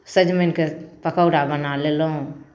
सजमनिके पकौड़ा बना लेलहुँ